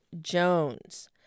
Jones